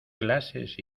clases